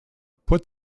put